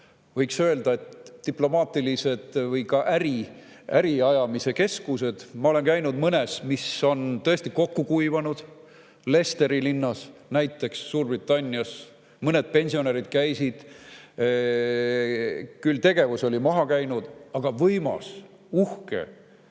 võiks öelda, diplomaatilised või ka äriajamise keskused. Ma olen käinud mõnes, mis on tõesti kokku kuivanud, Leicesteri linnas näiteks Suurbritannias. Mõned pensionärid seal käisid, tegevus oli küll maha käinud, aga see